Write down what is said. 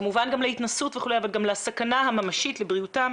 כמובן גם להתנסות וכולי אבל גם לסכנה הממשית לבריאותם